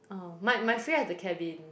orh might might free up the cabin